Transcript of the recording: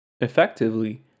Effectively